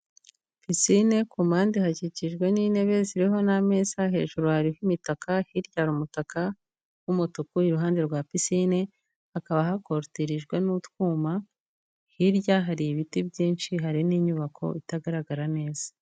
Pisine, ku mpande hakikijwe n'intebe ziriho n'ameza, hejuru hariho imitaka, hirya hari umutaka w'umutuku, iruhande rwa pisine hakaba hakorutirijwe n'utwuyuma, hirya hari ibiti byinshi, hari n'inyubako itagaragara neza.